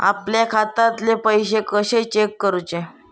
आपल्या खात्यातले पैसे कशे चेक करुचे?